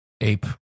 ape